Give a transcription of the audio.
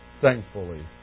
thankfully